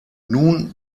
nun